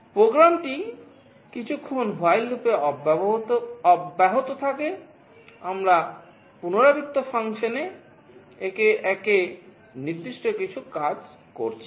প্রোগ্রামটি কিছুক্ষণ while লুপে টি 80 করি